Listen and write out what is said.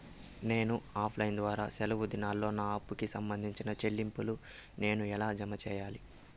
నేను offline ద్వారా సెలవు దినాల్లో నా అప్పుకి సంబంధించిన చెల్లింపులు నేను ఎలా జామ సెయ్యాలి?